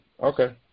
okay